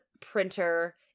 printer